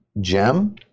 gem